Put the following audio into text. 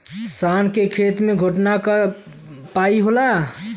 शान के खेत मे घोटना तक पाई होला